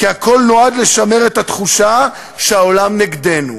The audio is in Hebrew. כי הכול נועד לשמר את התחושה שהעולם נגדנו,